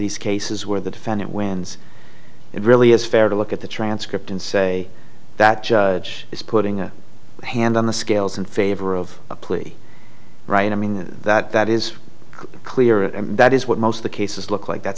these cases where the defendant wins it really is fair to look at the transcript and say that judge is putting a hand on the scales in favor of a plea right i mean that that is clear and that is what most of the cases look like that